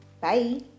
Bye